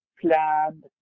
plan